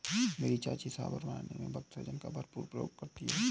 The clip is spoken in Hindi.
मेरी चाची सांभर बनाने वक्त सहजन का भरपूर प्रयोग करती है